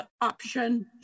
option